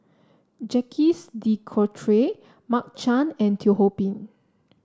Jacques De Coutre Mark Chan and Teo Ho Pin